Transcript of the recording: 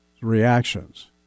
reactions